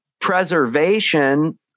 preservation